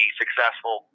successful